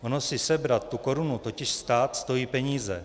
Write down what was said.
Ono sebrat tu korunu totiž stát stojí peníze.